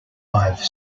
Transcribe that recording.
arrive